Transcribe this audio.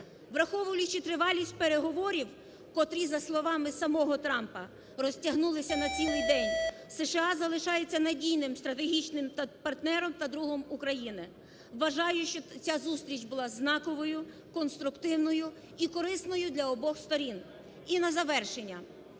Враховуючи тривалість переговорів, котрі за словами самого Трампа розтягнулися на цілий день, США залишається надійним стратегічним партнером та другом України. Вважаю, що ця зустріч була знаковою, конструктивною і корисною для обох сторін. І на завершення.